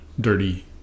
dirty